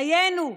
דיינו,